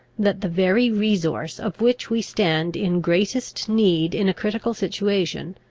that the very resource of which we stand in greatest need in a critical situation,